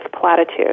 platitude